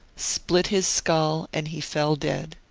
split his skull, and he fell dead.